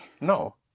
No